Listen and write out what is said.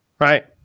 Right